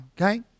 Okay